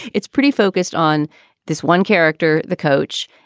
it's pretty focused on this one character, the coach,